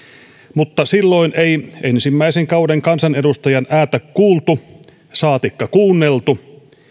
mutta silloin ei ensimmäisen kauden kansanedustajan ääntä kuultu saatikka kuunneltu